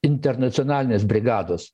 internacionalinės brigados